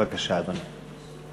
בבקשה, אדוני.